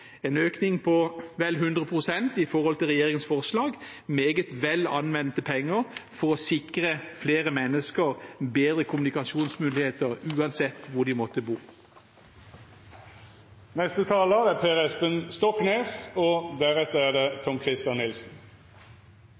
en økning på vel 100 pst. i forhold til regjeringens forslag – meget vel anvendte penger for å sikre flere mennesker bedre kommunikasjonsmuligheter, uansett hvor de måtte bo. I dagens NRK-oppslag om Økokrim står det: